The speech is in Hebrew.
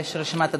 יש רשימת דוברים.